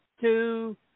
two